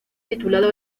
titulada